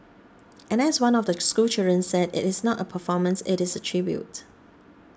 and as one of the schoolchildren said it is not a performance it is a tribute